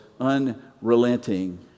unrelenting